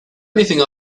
anything